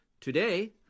Today